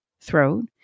throat